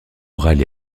orale